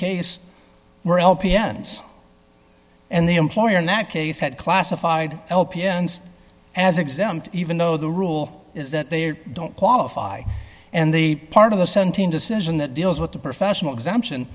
case were l p n s and the employer in that case had classified l p n s as exempt even though the rule is that they don't qualify and the part of the seventeen decision that deals with the professional exemption